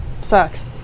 Sucks